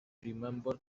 remembered